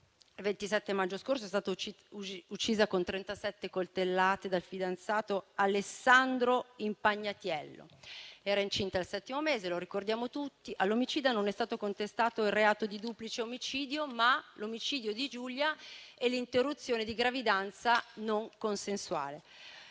il 27 maggio scorso è stata uccisa con 37 coltellate dal fidanzato Alessandro Impagnatiello. Era incinta al settimo mese, come ricordiamo tutti. All'omicida non è stato contestato il reato di duplice omicidio, ma l'omicidio di Giulia e l'interruzione di gravidanza non consensuale.